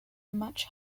much